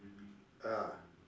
ah